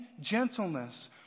gentleness